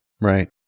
Right